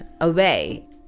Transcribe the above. away